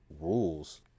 rules